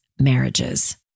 marriages